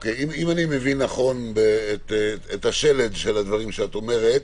אם אני מבין נכון את שלד הדברים שאת אומרת,